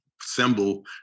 symbol